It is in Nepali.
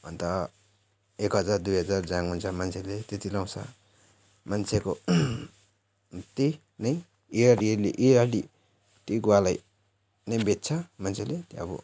अन्त एक हजार दुई हजार झाङ हुन्छ मान्छेले त्यति लगाउँछ मान्छेको त्यही नै इयरयली इयरली त्यही गुवालाई नै बेच्छ मान्छेले त्यो अब